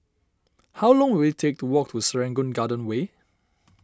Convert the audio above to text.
how long will it take to walk to Serangoon Garden Way